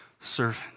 servant